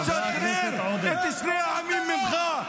תשחרר את שני העמים ממך.